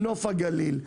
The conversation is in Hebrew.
נוף הגליל,